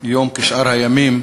יום כשאר הימים